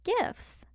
gifts